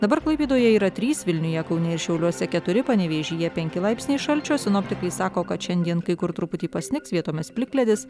dabar klaipėdoje yra trys vilniuje kaune šiauliuose keturi panevėžyje penki laipsniai šalčio sinoptikai sako kad šiandien kai kur truputį pasnigs vietomis plikledis